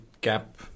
gap